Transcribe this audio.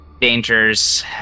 dangers